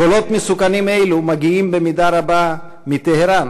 קולות מסוכנים אלו מגיעים במידה רבה מטהרן,